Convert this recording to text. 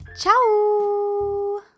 Ciao